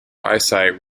eyesight